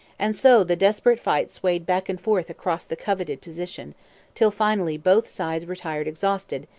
and so the desperate fight swayed back and forth across the coveted position till finally both sides retired exhausted,